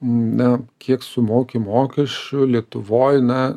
na kiek sumoki mokesčių lietuvoj na